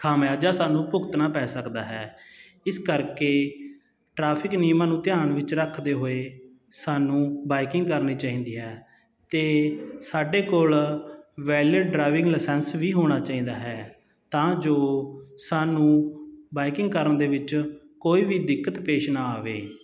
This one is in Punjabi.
ਖਾਮਿਆਜਾ ਸਾਨੂੰ ਭੁਗਤਣਾ ਪੈ ਸਕਦਾ ਹੈ ਇਸ ਕਰਕੇ ਟਰੈਫਿਕ ਨਿਯਮਾਂ ਨੂੰ ਧਿਆਨ ਵਿੱਚ ਰੱਖਦੇ ਹੋਏ ਸਾਨੂੰ ਬਾਈਕਿੰਗ ਕਰਨੀ ਚਾਹੀਦੀ ਹੈ ਅਤੇ ਸਾਡੇ ਕੋਲ ਵੈਲਿਡ ਡਰਾਈਵਿੰਗ ਲਾਇਸੈਂਸ ਵੀ ਹੋਣਾ ਚਾਹੀਦਾ ਹੈ ਤਾਂ ਜੋ ਸਾਨੂੰ ਬਾਈਕਿੰਗ ਕਰਨ ਦੇ ਵਿੱਚ ਕੋਈ ਵੀ ਦਿੱਕਤ ਪੇਸ਼ ਨਾ ਆਵੇ